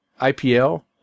IPL